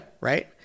Right